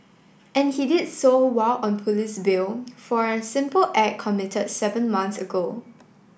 and he did so while on police bail for a simple act committed seven months ago